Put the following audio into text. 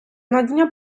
надання